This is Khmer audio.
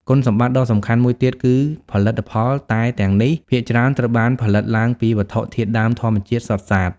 គុណសម្បត្តិដ៏សំខាន់មួយទៀតគឺផលិតផលតែទាំងនេះភាគច្រើនត្រូវបានផលិតឡើងពី វត្ថុធាតុដើមធម្មជាតិសុទ្ធសាធ ។